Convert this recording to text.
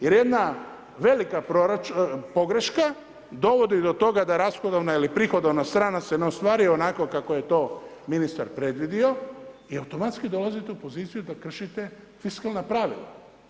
Jer jedna velika pogreška dovodi do toga da rashodovna ili prihodovna strana se ne ostvaruje onako kako je to ministar predvidio i automatski dolazite u poziciju da kršite fiskalna pravila.